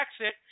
exit